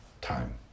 time